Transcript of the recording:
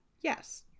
yes